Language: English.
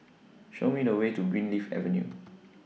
Show Me The Way to Greenleaf Avenue